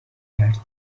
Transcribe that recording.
کرد